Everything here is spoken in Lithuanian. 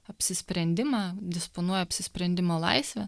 apsisprendimą disponuoja apsisprendimo laisve